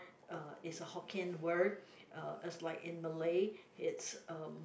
uh is a Hokkien word uh is like in Malay it's um